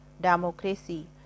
democracy